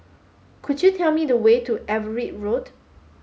could you tell me the way to Everitt Road